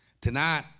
tonight